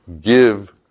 give